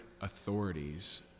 authorities